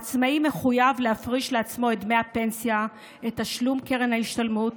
העצמאי מחויב להפריש לעצמו את דמי הפנסיה ואת תשלום קרן ההשתלמות,